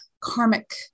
karmic